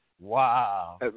Wow